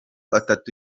atatu